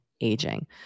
aging